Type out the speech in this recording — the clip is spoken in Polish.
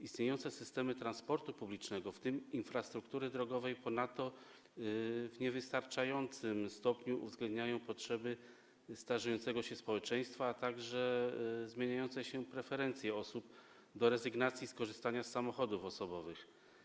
Istniejące systemy transportu publicznego, w tym infrastruktury drogowej, w niewystarczającym stopniu uwzględniają potrzeby starzejącego się społeczeństwa, a także zmieniające się preferencje osób do rezygnacji z korzystania z samochodów osobowych.